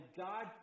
God